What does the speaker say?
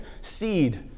seed